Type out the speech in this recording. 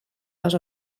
les